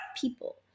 people